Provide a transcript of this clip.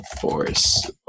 Force